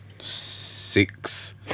six